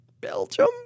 Belgium